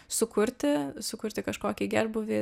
sukurti sukurti kažkokį gerbūvį